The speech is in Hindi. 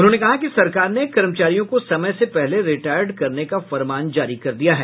उन्होंने कहा कि सरकार ने कर्मचारियों को समय से पहले रिटायर्ड करने का फरमान जारी कर दिया है